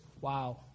wow